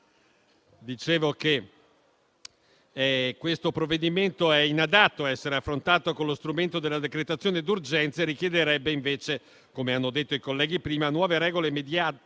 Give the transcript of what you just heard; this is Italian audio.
dicevo, questo provvedimento è inadatto ad essere affrontato con lo strumento della decretazione d'urgenza e richiederebbe invece, come hanno detto i colleghi prima, nuove regole meditate